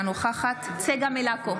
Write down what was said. אינה נוכחת צגה מלקו,